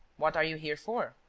what are you here for?